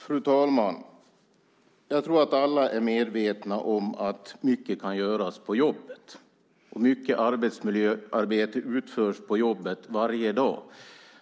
Fru talman! Jag tror att alla är medvetna om att mycket kan göras på jobbet. Mycket arbetsmiljöarbete utförs varje dag på jobbet.